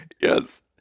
Yes